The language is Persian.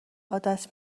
عادت